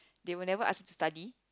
they will never ask study